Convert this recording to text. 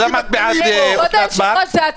אז למה הצבעת בעד?